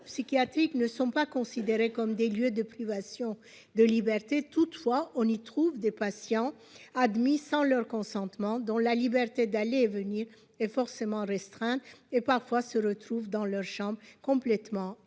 psychiatriques ne sont pas considérés comme des lieux de privation de liberté. Toutefois, on y trouve des patients admis sans leur consentement, dont la liberté d'aller et venir est forcément restreinte et qui, parfois, se retrouvent, dans leur chambre, complètement